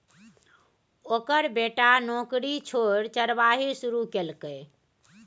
ओकर बेटा नौकरी छोड़ि चरवाही शुरू केलकै